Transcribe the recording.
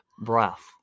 Breath